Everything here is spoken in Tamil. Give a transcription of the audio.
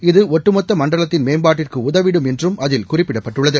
இது ஒட்டுமொத்த மண்டலத்தின் மேம்பாட்டிற்கு உதவிடும் என்றும் அதில் குறிப்பிடப்பட்டுள்ளது